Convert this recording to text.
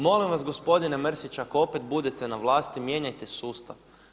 Molim vas, gospodine Mrsić ako opet budete na vlasti mijenjajte sustav.